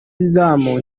izamu